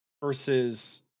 versus